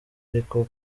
ariko